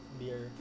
beer